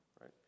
right